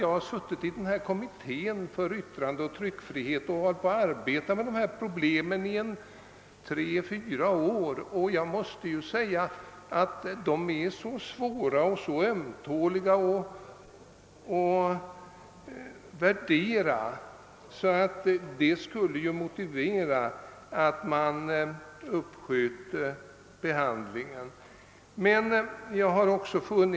Jag har suttit i kommittén för yttrandeoch tryckfrihet och arbetat med dessa problem i tre fyra år. Jag vet därför att de är så ömtåliga och så svåra att värdera att det kunde motivera att behandlingen av förslagen skjuts upp.